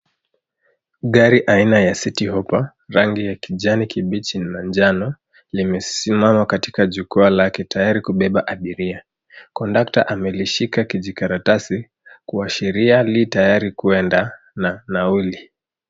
Gari aina ya City Hoppa rangi ya kijani kibichi na njano limesimama katika jukwaa lake tayari kubeba abiria. Kondakta amelishika kijikaratasi kuashiria li tayari kuenda na nauli.